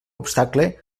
obstacle